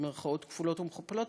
במירכאות כפולות ומכופלות,